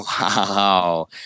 Wow